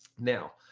now,